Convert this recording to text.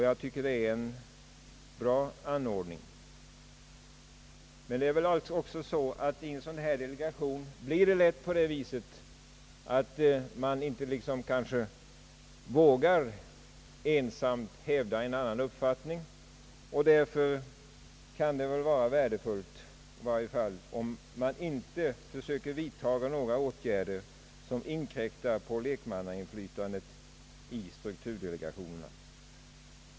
Jag tycker att det är en bra anordning. Men i en sådan delegation blir det väl lätt på det viset att man ofta inte vill ensamt hävda en annan uppfattning. Därför kan det vara värdefullt att man inte vidtar några åtgärder som inkräkiar på lekmannainflytandet i strukturdelegationerna.